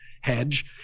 hedge